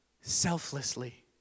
selflessly